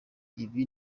ibi